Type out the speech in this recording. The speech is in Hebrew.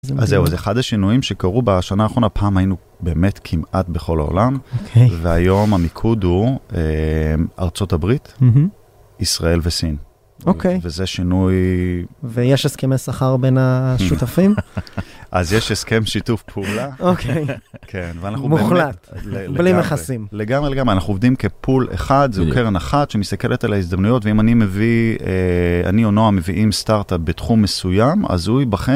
אז זהו, אז אחד השינויים שקרו בשנה האחרונה, פעם היינו באמת כמעט בכל העולם, והיום המיקוד הוא ארצות הברית, ישראל וסין. וזה שינוי... ויש הסכמי שכר בין השותפים? אז יש הסכם שיתוף פעולה. אוקיי. כן, ואנחנו... מוחלט, בלי מכסים. לגמרי, לגמרי, אנחנו עובדים כפול אחד, זהו קרן אחת שמסתכלת על ההזדמנויות, ואם אני מביא, אני או נועה מביאים סטארט-אפ בתחום מסוים, אז הוא יבחן.